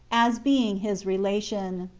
as being his relation.